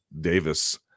Davis